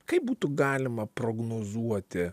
kaip būtų galima prognozuoti